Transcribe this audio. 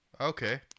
Okay